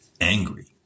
angry